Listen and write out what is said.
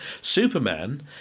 Superman